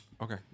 Okay